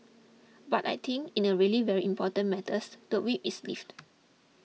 but I think in a really very important matters the whip is lifted